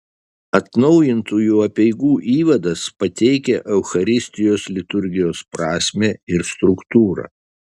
atnaujintųjų apeigų įvadas pateikia eucharistijos liturgijos prasmę ir struktūrą